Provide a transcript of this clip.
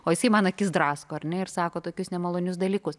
o jisai man akis drasko ar ne ir sako tokius nemalonius dalykus